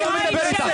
אני לא מדבר איתך.